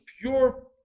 pure